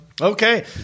Okay